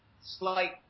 slight